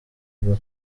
kugwa